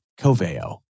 Coveo